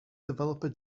developer